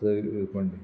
सैल पडटा